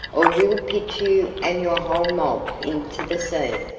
or we'll pitch you and your whole mob into the sea.